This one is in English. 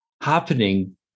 happening